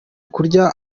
kurya